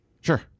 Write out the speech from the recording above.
sure